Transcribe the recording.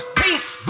peace